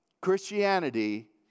Christianity